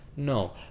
No